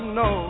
no